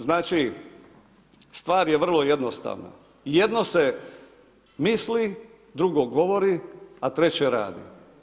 Znači stvar je vrlo jednostavna, jedno se misli, drugo govori, a treće radi.